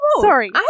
Sorry